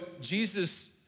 Jesus